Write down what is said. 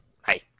Hi